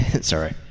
sorry